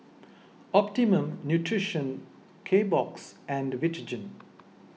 Optimum Nutrition Kbox and Vitagen